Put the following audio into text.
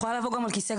אם אפשר,